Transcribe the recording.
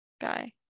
guy